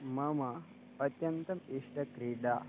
मम अत्यन्तम् इष्टक्रीडा